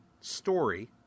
story